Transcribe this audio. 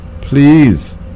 Please